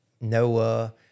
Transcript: Noah